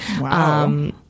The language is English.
Wow